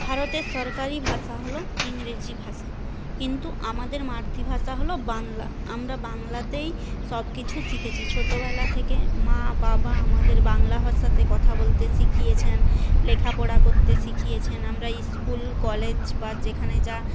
ভারতের সরকারি ভাষা হল ইংরেজি ভাষা কিন্তু আমাদের মাতৃভাষা হল বাংলা আমরা বাংলাতেই সব কিছু শিখেছি ছোটোবেলা থেকে মা বাবা আমাদের বাংলা ভাষাতে কথা বলতে শিখিয়েছেন লেখা পড়া করতে শিখিয়েছেন আমরা স্কুল কলেজ বা যেখানে যা